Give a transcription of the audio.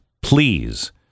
please